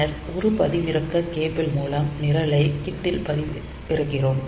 பின்னர் ஒரு பதிவிறக்க கேபிள் மூலம் நிரலை கிட்டில் பதிவிறக்குகிறோம்